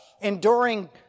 enduring